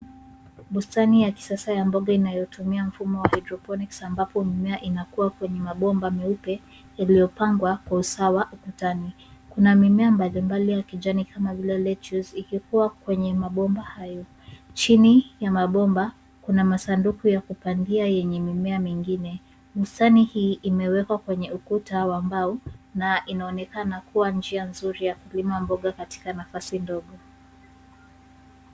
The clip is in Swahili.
Bustani ya kisasa ya mboga inayotumia mfumo wa hydroponics ambapo mimea inakua kwenye mabomba meupe iliyopangwa kwa usawa ukutani. Kuna mimea mbalimbali ya kijani kama vile lettuce ikikua kwenye mabomba hayo. Chini ya mabomba, kuna masanduku ya kupandia yenye mimea mingine. Bustani hii imewekwa kwenye ukuta wa mbao na inaonekana kuwa njia nzuri ya kulima mboga katika nafasi ndogo.